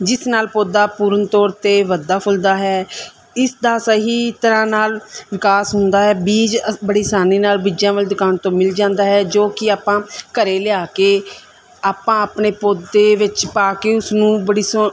ਜਿਸ ਨਾਲ ਪੌਦਾ ਪੂਰਨ ਤੌਰ 'ਤੇ ਵੱਧਦਾ ਫੁੱਲਦਾ ਹੈ ਇਸ ਦਾ ਸਹੀ ਤਰ੍ਹਾਂ ਨਾਲ ਵਿਕਾਸ ਹੁੰਦਾ ਹੈ ਬੀਜ ਅ ਬੜੀ ਅਸਾਨੀ ਨਾਲ ਬੀਜਾਂ ਵਾਲੀ ਦੁਕਾਨ ਤੋਂ ਮਿਲ ਜਾਂਦਾ ਹੈ ਜੋ ਕਿ ਆਪਾਂ ਘਰ ਲਿਆ ਕੇ ਆਪਾਂ ਆਪਣੇ ਪੌਦੇ ਵਿੱਚ ਪਾ ਕੇ ਉਸਨੂੰ ਬੜੀ ਸੋ